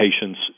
patients